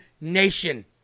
nation